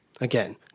again